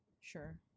Sure